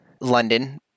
London